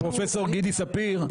פרופסור גידי ספיר,